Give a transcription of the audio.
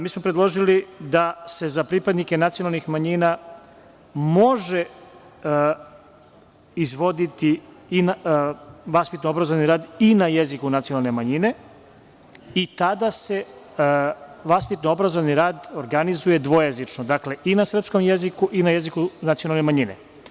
Mi smo predložili da se za pripadnike nacionalnih manjina može izvoditi vaspitno-obrazovni rad i na jeziku nacionalne manjine i tada se vaspitno-obrazovni rad organizuje dvojezično, dakle, i na srpskom jeziku i na jeziku nacionalne manjine.